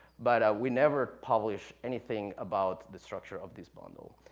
but we never published anything about the structure of this bundle.